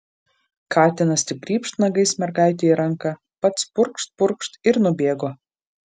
katinas tik grybšt nagais mergaitei į ranką pats purkšt purkšt ir nubėgo